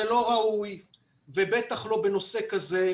זה לא ראוי ובטח לא בנושא כזה.